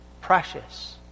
precious